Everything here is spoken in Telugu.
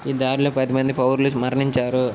ఈ దాడిలో పది మంది పౌరులు మరణించారు